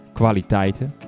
kwaliteiten